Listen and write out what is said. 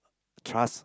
trust